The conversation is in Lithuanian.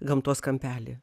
gamtos kampelį